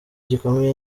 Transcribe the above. gikomeye